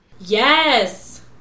Yes